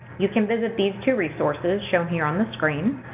you can visit these two resources, shown here on the screen.